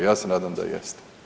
Ja se nadam da jeste.